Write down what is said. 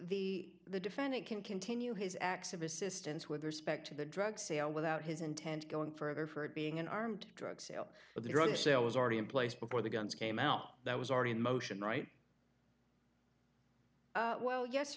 the the defendant can continue his acts of assistance with respect to the drug sale without his intent going further for it being an armed drug sale of the drug sale was already in place before the guns came out that was already in motion right well yes